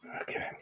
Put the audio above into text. Okay